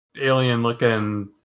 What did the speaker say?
Alien-looking